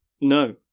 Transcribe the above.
No